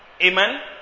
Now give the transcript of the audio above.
Amen